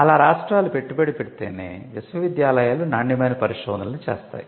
అలా రాష్ట్రాలు పెట్టుబడి పెడితేనే విశ్వవిద్యాలయాలు నాణ్యమైన పరిశోధనలు చేస్తాయి